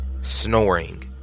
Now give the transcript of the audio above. snoring